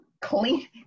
Clean